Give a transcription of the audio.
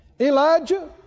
Elijah